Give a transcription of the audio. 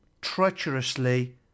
Treacherously